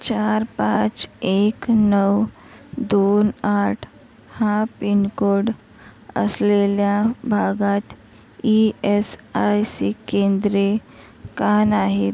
चार पाच एक नऊ दोन आठ हा पिनकोड असलेल्या भागात ई एस आय सी केंद्रे का नाहीत